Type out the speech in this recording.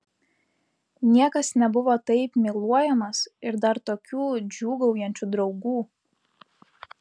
niekas nebuvo taip myluojamas ir dar tokių džiūgaujančių draugų